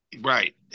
Right